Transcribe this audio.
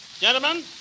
Gentlemen